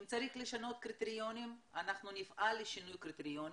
אם צריך לשנות קריטריונים אנחנו נפעל לשינוי הקריטריונים,